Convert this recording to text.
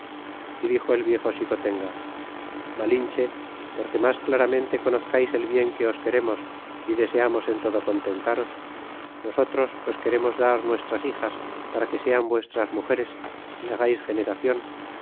y dixo el viejo xicotenga malinche porque mas claramente conozcais el bien que os queremos y deseamos en todo contentares nosotros os queremos dar nuestras hijas para que sean vuestras mugeres y hagais